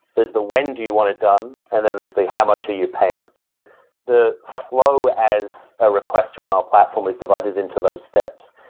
there's the when do you want it done? and then there's the how much are you paying? so the flow as a request to run our platform is divided into those steps.